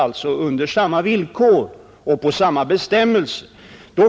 utan det är samma bestämmelser som gäller.